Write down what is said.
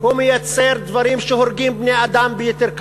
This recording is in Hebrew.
הוא מייצר דברים שהורגים בני-אדם ביתר קלות.